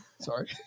Sorry